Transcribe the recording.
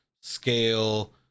scale